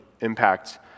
impact